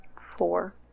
Four